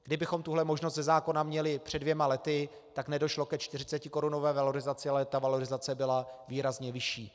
Kdybychom tuhle možnost ze zákona měli před dvěma lety, tak nedošlo ke 40korunové valorizaci, ale ta valorizace byla výrazně vyšší.